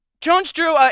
Jones-Drew